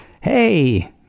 Hey